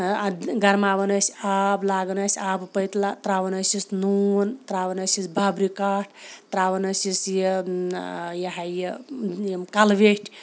اَدٕ گرماوان ٲسۍ آب لاگَن ٲسۍ آبہٕ پٔتلہٕ ترٛاوان ٲسِس نوٗن ترٛاوان ٲسِس بَبرِکاٹھ ترٛاوان ٲسِس یہِ یہِ ہہ یہِ یِم کَلہٕ ویٚٹھۍ